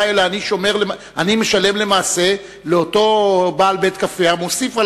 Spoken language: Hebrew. אלא אני משלם למעשה לאותו בעל בית-קפה המוסיף על